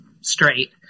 straight